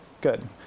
good